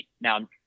Now